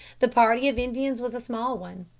the party of indians was a small one,